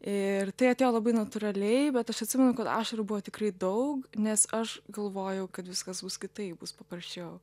ir tai atėjo labai natūraliai bet aš atsimenu kad ašarų buvo tikrai daug nes aš galvojau kad viskas bus kitaip bus paprasčiau